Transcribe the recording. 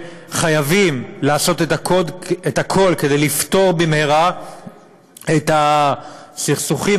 חייבים לעשות הכול כדי לפתור במהרה את הסכסוכים